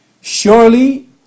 Surely